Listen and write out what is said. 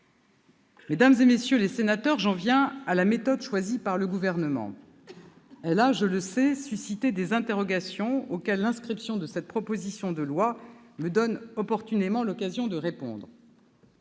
termes d'infrastructures. J'en viens à la méthode choisie par le Gouvernement. Elle a, je le sais, suscité des interrogations auxquelles l'inscription de cette proposition de loi me donne opportunément l'occasion de répondre.